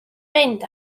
mynd